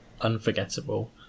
unforgettable